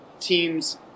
teams